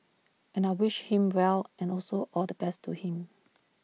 and I wished him well and also all the best to him